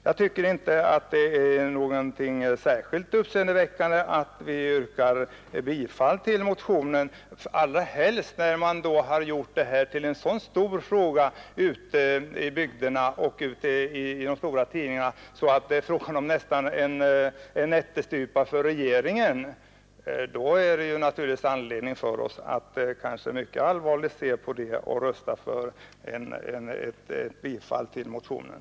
Jag tycker inte det är så särskilt uppseendeväckande om vi yrkar bifall till motionen, speciellt som ju detta har gjorts till en så stor fråga ute i bygderna och i de stora tidningarna att den nästan framställts som en ättestupa för regeringen. Då finns det naturligtvis anledning för oss att stödja denna sak och rösta för bifall till motionen.